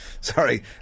Sorry